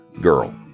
girl